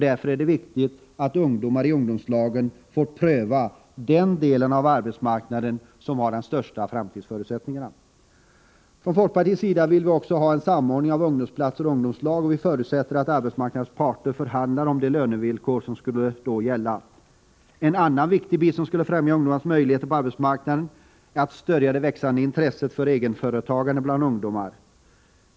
Därför är det viktigt att ungdomar i ungdomslag får erfarenhet av den del av arbetsmarknaden som har de största framtidsförutsättningarna. Folkpartiet vill också ha en samordning av ungdomsplatser och ungdomslag, och vi förutsätter att arbetsmarknadens parter förhandlar om de lönevillkor som då skulle gälla. En annan viktig åtgärd som skulle främja ungdomens möjligheter på arbetsmarknaden är att stödja det växande intresset för egenföretagande bland ungdomar.